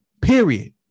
period